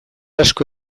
asko